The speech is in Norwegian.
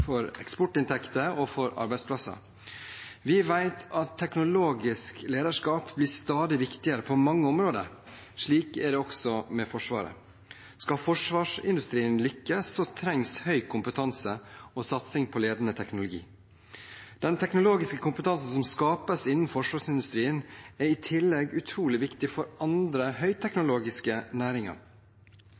for eksportinntekter og for arbeidsplasser. Vi vet at teknologisk lederskap blir stadig viktigere på mange områder. Slik er det også med forsvar. Skal forsvarsindustrien lykkes, trengs høy kompetanse og satsing på ledende teknologi. Den teknologiske kompetansen som skapes innen forsvarsindustrien, er i tillegg utrolig viktig for andre høyteknologiske næringer.